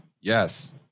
Yes